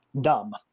dumb